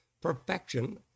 perfection